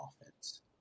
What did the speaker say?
offense